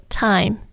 time